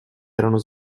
erano